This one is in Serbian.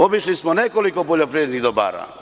Obišli smo nekoliko poljoprivrednih dobara.